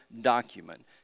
document